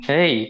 Hey